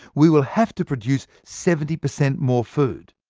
we will have to produce seventy per cent more food.